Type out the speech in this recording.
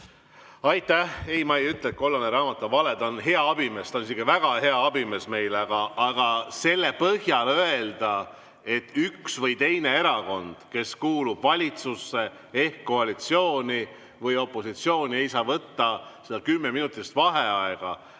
Aitäh! Ei, ma ei ütle, et kollane raamat on vale. Ta on hea abimees, ta on isegi väga hea abimees meile. Aga selle põhjal öelda, et üks või teine erakond, kes kuulub valitsusse ehk koalitsiooni või opositsiooni, ei saa võtta kümneminutilist vaheaega